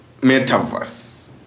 metaverse